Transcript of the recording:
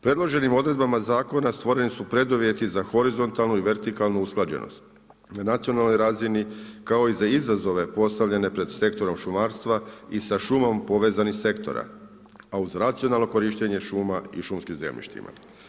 Predloženim odredbama zakona stvoreni su preduvjeti za horizontalnu i vertikalnu usklađenost na nacionalno razini kao i za izazove postavljene pred sektorom šumarstva i sa šumom povezanih sektora a uz racionalno korištenje šuma i šumskim zemljištima.